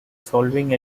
solving